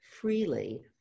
freely